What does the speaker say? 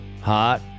Hot